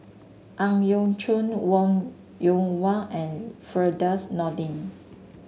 Ang Yau Choon Wong Yoon Wah and Firdaus Nordin